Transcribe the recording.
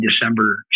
December